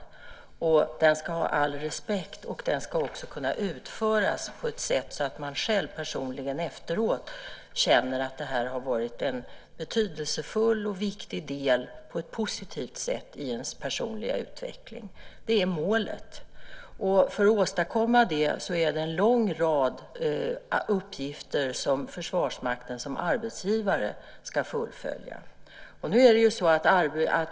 Den insatsen ska ha all respekt, och den ska också kunna utföras på ett sådant sätt att man själv efteråt känner att det har varit en betydelsefull och viktig del på ett positivt sätt i den personliga utvecklingen. Detta är målet. För att åstadkomma det är det en lång rad uppgifter som Försvarsmakten som arbetsgivare ska fullfölja.